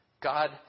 God